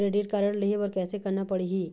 Credit card लेहे बर कैसे करना पड़ही?